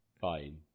Fine